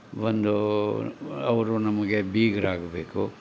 ಒಂದು ಅವರು ನಮಗೆ ಬೀಗ್ರು ಆಗಬೇಕು